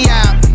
out